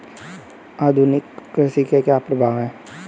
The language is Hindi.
आधुनिक कृषि के क्या प्रभाव हैं?